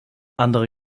andere